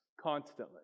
constantly